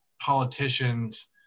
politicians